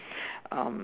um